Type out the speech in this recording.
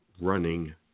running